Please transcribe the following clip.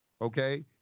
Okay